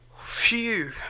Phew